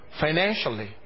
financially